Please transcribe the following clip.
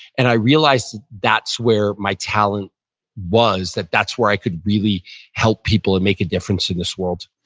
and i realized that's where my talent was, that that's where i could really help people and make a difference in this world